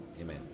Amen